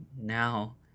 now